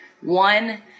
One